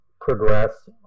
progress